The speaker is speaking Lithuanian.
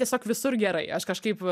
tiesiog visur gerai aš kažkaip